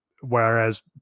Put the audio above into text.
whereas